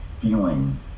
feeling